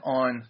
on